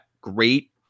great